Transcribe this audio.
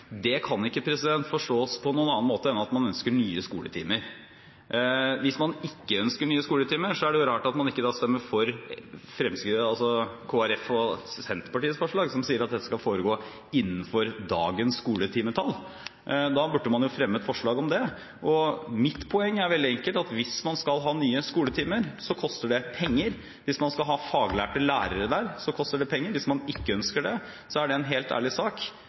Det kan ikke forstås på noen annen måte enn at man ønsker nye skoletimer. Hvis man ikke ønsker nye skoletimer, er det rart at man ikke stemmer for Kristelig Folkeparti og Senterpartiets forslag, som sier at dette skal foregå innenfor dagens skoletimetall. Da burde man ha fremmet forslag om det. Mitt poeng er veldig enkelt at hvis man skal ha nye skoletimer, så koster det penger. Hvis man skal ha faglærte lærere, koster det penger. Hvis man ikke ønsker det, er det en helt ærlig sak,